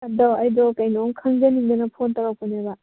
ꯑꯗꯣ ꯑꯩꯗꯣ ꯀꯩꯅꯣꯝ ꯈꯪꯖꯅꯤꯡꯗꯅ ꯐꯣꯟ ꯇꯧꯔꯛꯄꯅꯦꯕ